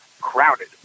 crowded